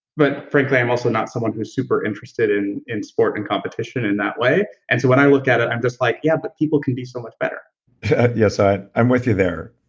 but frankly i'm also not someone who is super interested in in sport and competition in that way, and so when i look at it, i'm just like, yeah, but people can be so much better yes, i'm with you there.